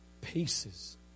paces